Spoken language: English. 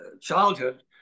childhood